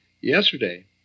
yesterday